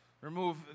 remove